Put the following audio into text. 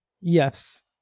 Yes